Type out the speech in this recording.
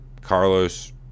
Carlos